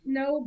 no